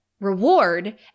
reward